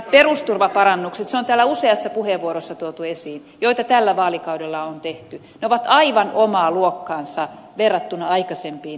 perusturvaparannukset ne on täällä useassa puheenvuorossa tuotu esiin joita tällä vaalikaudella on tehty ovat aivan omaa luokkaansa verrattuna aikaisempiin vaalikausiin